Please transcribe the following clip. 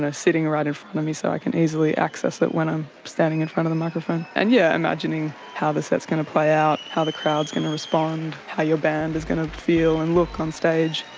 sitting right in front of me so i can easily access it when i'm standing in front of the microphone. and yeah, imagining how the set is going to play out, how the crowd is going to respond, how your band is going to feel and look on stage.